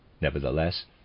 Nevertheless